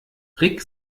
rick